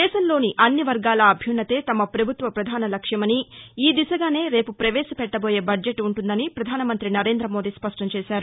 దేశం లోని అన్ని వర్గాల అభ్యన్నతే తమ ప్రభుత్వ ప్రధాన లక్ష్యమని ఈ దిశగానే రేపు ప్రవేశ పెట్లబోయే బడ్జెట్ ఉంటుందని పధాన మంతి నరేంద మోదీ స్పష్ణం చేశారు